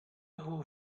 who